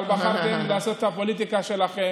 אבל בחרתם לעשות את הפוליטיקה שלכם